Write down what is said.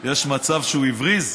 יש מצב שהוא הבריז?